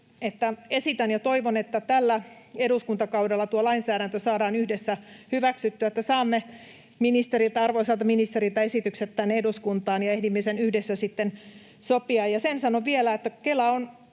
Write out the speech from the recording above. esitän ja toivon, että tällä eduskuntakaudella tuo lainsäädäntö saadaan yhdessä hyväksyttyä, että saamme arvoisalta ministeriltä esitykset tänne eduskuntaan ja ehdimme sen yhdessä sitten sopia. Ja sen sanon vielä, että Kela on